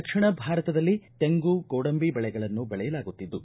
ದಕ್ಷಿಣ ಭಾರತದಲ್ಲಿ ತೆಂಗು ಗೋಡಂಬಿ ಬೆಳೆಗಳನ್ನು ಬೆಳೆಯುತ್ತಿದ್ದು